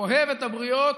אוהב את הבריות.